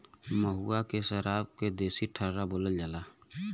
महुआ के सराब के देसी ठर्रा बोलल जाला